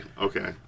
okay